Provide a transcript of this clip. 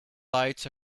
lights